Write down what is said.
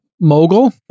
mogul